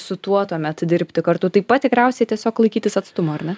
su tuo tuomet dirbti kartu taip pat tikriausiai tiesiog laikytis atstumo ar ne